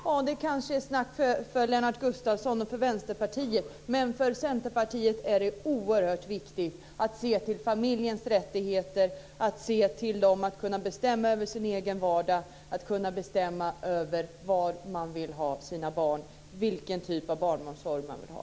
Ja, det kanske är snack för Lennart Gustavsson och för Vänsterpartiet, men för Centerpartiet är det oerhört viktigt att se till familjens rättigheter och möjligheter att bestämma över sin egen vardag och över vilken typ av barnomsorg de vill ha.